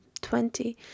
twenty-